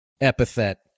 epithet